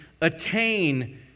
attain